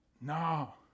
no